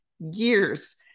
years